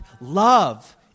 Love